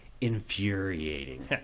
infuriating